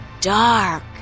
dark